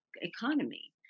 economy